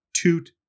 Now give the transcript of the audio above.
Toot